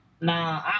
nah